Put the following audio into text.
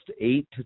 eight